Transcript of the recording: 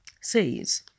says